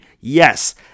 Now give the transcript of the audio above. Yes